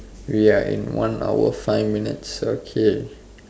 ya in one hour five minutes okay